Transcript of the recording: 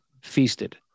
feasted